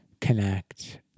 connect